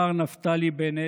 מר נפתלי בנט,